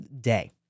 day